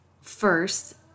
first